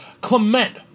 Clement